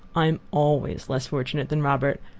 i am always less fortunate than robert.